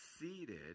seated